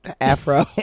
afro